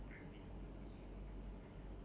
S_M_S WhatsApp only nowadays